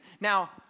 Now